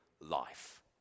life